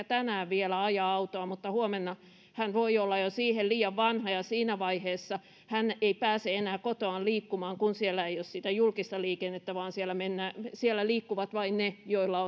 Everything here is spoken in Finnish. tänään vielä ajaa autoa mutta huomenna hän voi olla jo siihen liian vanha ja siinä vaiheessa hän ei pääse enää kotoaan liikkumaan kun siellä ei ole sitä julkista liikennettä vaan siellä liikkuvat vain ne joilla